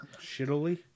shittily